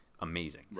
amazing